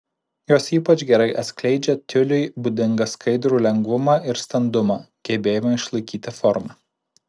jos ypač gerai atskleidžia tiuliui būdingą skaidrų lengvumą ir standumą gebėjimą išlaikyti formą